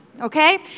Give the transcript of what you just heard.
okay